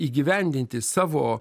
įgyvendinti savo